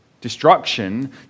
destruction